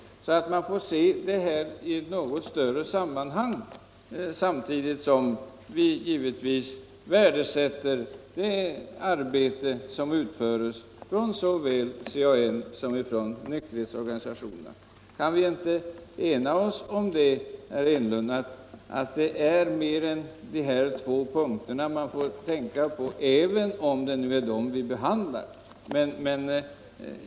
Man får därför se denna fråga i ett något större sammanhang, samtidigt som vi givetvis värdesätter det arbete som utförs av såväl CAN som nykterhetsorganisationerna. Kan vi inte ena oss om det, herr Enlund, att det är mer än de här två punkterna man måste tänka på, även om det nu är just de punkterna vi behandlar?